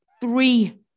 three